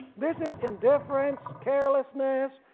this is indifference, carelessness.